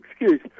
excuse